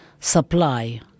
supply